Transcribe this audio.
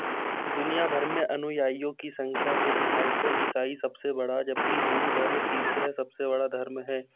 दुनिया भर मे अनुयायियों की संख्या के लिहाज़ से ईसाई सब से बड़ा जब कि हिन्दू धर्म तीसरा सब से बड़ा धर्म है